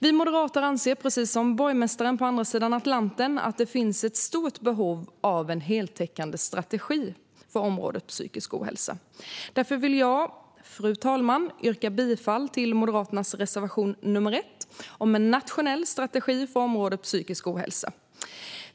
Vi moderater anser, precis som borgmästaren på andra sidan Atlanten, att det finns ett stort behov av en heltäckande strategi för området psykisk ohälsa. Därför, fru talman, vill jag yrka bifall till Moderaternas reservation nr 1 om en nationell strategi för området psykisk ohälsa.